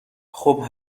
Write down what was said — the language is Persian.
خوب